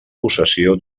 possessió